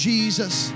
Jesus